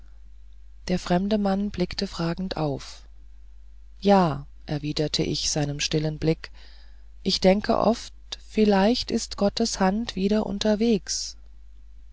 der fremde mann blickte fragend auf ja erwiderte ich seinem stillen blick ich denke oft vielleicht ist gottes hand wieder unterwegs